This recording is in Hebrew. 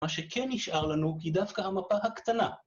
מה שכן נשאר לנו היא דווקא המפה הקטנה.